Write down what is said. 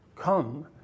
come